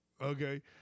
Okay